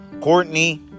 Courtney